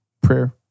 prayer